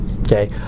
Okay